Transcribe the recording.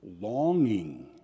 Longing